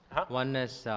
one is,